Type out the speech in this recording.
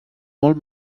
molt